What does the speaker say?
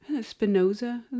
spinoza